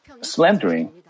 slandering